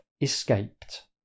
escaped